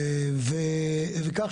וכך,